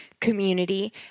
community